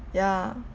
yeah